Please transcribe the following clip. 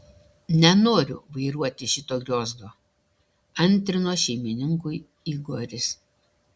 nenoriu vairuoti šito griozdo antrino šeimininkui igoris